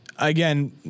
Again